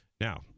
Now